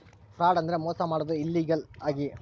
fraud ಅಂದ್ರೆ ಮೋಸ ಮಾಡೋದು ಇಲ್ಲೀಗಲ್ ಆಗಿ